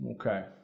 Okay